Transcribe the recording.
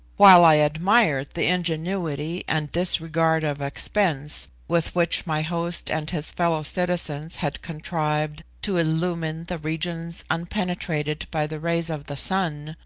while i admired the ingenuity and disregard of expense with which my host and his fellow-citizens had contrived to illumine the regions unpenetrated by the rays of the sun,